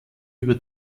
über